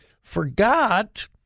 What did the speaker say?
forgot